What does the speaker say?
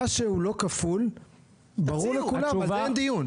מה שהוא לא כפול ברור לכולם על זה אין דיון.